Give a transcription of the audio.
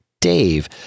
Dave